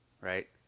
right